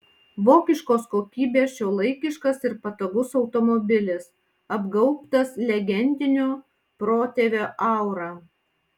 vokiškos kokybės šiuolaikiškas ir patogus automobilis apgaubtas legendinio protėvio aura